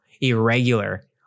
irregular